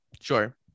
Sure